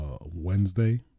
Wednesday